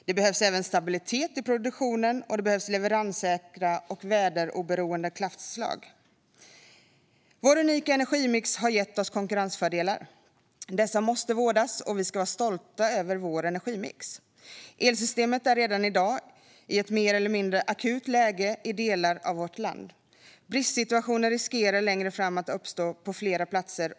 Då behövs även stabilitet i produktionen, och det behövs leveranssäkra och väderoberoende kraftslag. Vår unika energimix har gett oss konkurrensfördelar. Dessa måste vårdas, och vi ska vara stolta över vår energimix. Elsystemet är redan i dag i ett mer eller mindre akut läge i delar av vårt land. Bristsituationer riskerar längre fram att uppstå på fler platser.